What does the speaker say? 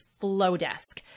Flowdesk